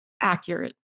accurate